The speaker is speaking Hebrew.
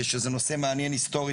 שזה נושא מעניין היסטורית.